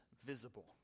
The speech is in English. visible